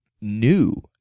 new